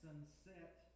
sunset